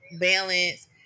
balance